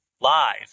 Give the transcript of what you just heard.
live